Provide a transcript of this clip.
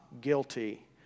guilty